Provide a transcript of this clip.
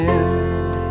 end